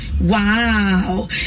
Wow